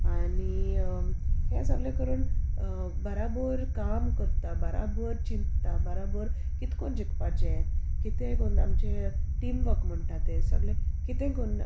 आनी हें सगलें करून बाराबोर काम करता बाराबोर चिंतता बाराबोर कितको जिकपाचें कितें कोन्न आमचें टिम वर्क म्हूणटा तें सगलें कितें कोन्न